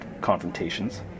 confrontations